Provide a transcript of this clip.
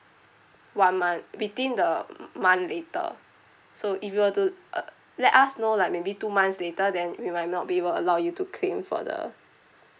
one month within the month later so if you were to uh let us know like maybe two months later then we might not be able allow you to claim for the